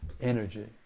energy